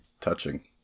touching